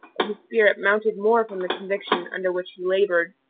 and his spirit mounted more from the conviction under which he labored.